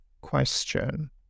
question